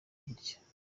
atya